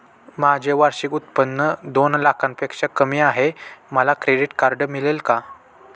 माझे वार्षिक उत्त्पन्न दोन लाखांपेक्षा कमी आहे, मला क्रेडिट कार्ड मिळेल का?